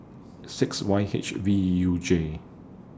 six Y H V U J